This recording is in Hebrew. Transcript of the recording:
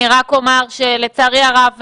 לצערי הרב,